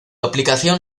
aplicación